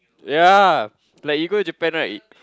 yea like you go Japan right